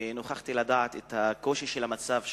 ונוכחתי לדעת מה הקושי של המצב שם,